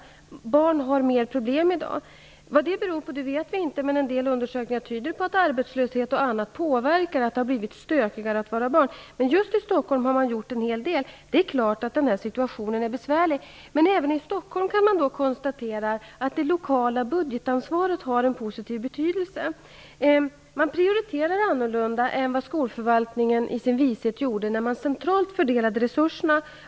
Barn har mer problem i dag. Vad det beror på vet vi inte. Men en del undersökningar tyder på att arbetslöshet och annat påverkar. Det har blivit stökigare att vara barn. Men just i Stockholm har man gjort en hel del. Det är klart att den här situationen är besvärlig. Men även i Stockholm kan man konstatera att det lokala budgetansvaret har en positiv betydelse. Man prioriterar annorlunda än skolförvaltningen i sin vishet gjorde när den centralt fördelade resurserna.